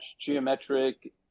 geometric